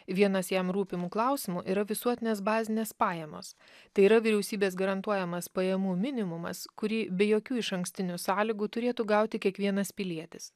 vienas jam rūpimų klausimų yra visuotinės bazinės pajamos tai yra vyriausybės garantuojamas pajamų minimumas kurį be jokių išankstinių sąlygų turėtų gauti kiekvienas pilietis